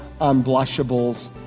unblushables